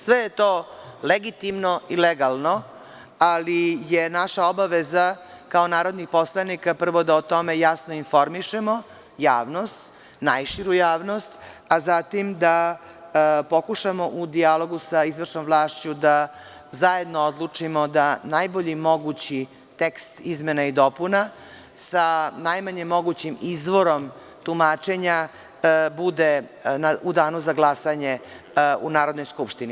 Sve je to legitimno i legalno, ali je naša obaveza kao narodnih poslanika prvo da o tome jasno informišemo najširu javnost, a zatim da pokušamo u dijalogu sa izvršnom vlašću da zajedno odlučimo da najbolji mogući tekst izmena i dopuna, sa najmanjim mogućim izvorom tumačenja, bude u danu za glasanje u Narodnoj skupštini.